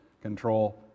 control